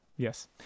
Yes